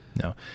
No